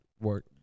work